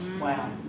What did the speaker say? Wow